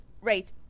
Right